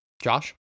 josh